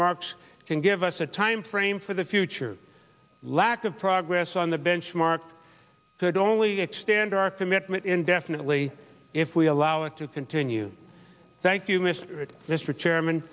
marks can give us a time frame for the future lack of progress on the benchmarks could only extend our commitment indefinitely if we allow it to continue thank you mister mr chairman